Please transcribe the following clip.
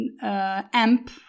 amp